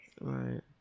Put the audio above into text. Right